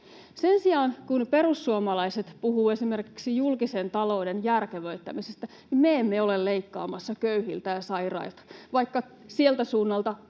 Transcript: Sen sijaan, kun perussuomalaiset puhuu esimerkiksi julkisen talouden järkevöittämisestä, me emme ole leikkaamassa köyhiltä ja sairailta, vaikka sieltä suunnalta